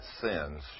sins